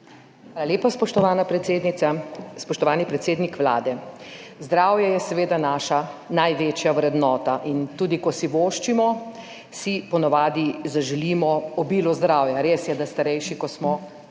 lepa, spoštovana predsednica. Spoštovani predsednik Vlade! Zdravje je seveda naša največja vrednota in tudi ko si voščimo, si po navadi zaželimo obilo zdravja. Res je, da starejši, ko smo, več